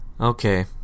okay